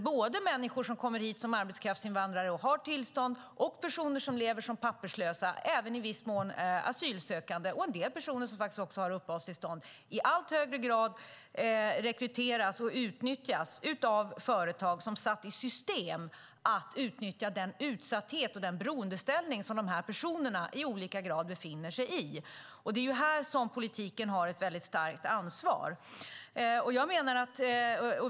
Såväl människor som kommer hit som arbetskraftsinvandrare och har tillstånd som människor som lever som papperslösa, människor som är asylsökande och en del människor som har uppehållstillstånd rekryteras i allt högre grad av företag som har satt i system att utnyttja den utsatthet och beroendeställning som dessa personer i olika grad befinner sig i. Det är här som politiken har ett stort ansvar.